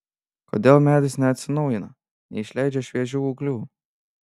kodėl medis neatsinaujina neišleidžia šviežių ūglių